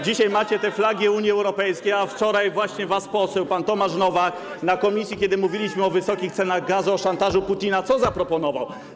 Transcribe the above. Dzisiaj macie te flagi Unii Europejskiej, a wczoraj wasz poseł pan Tomasz Nowak w komisji, kiedy mówiliśmy o wysokich cenach gazu, o szantażu Putina, co zaproponował?